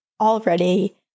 already